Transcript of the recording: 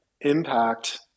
impact